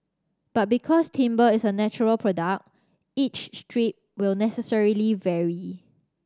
but because timber is a natural product each strip will necessarily vary